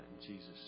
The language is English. Jesus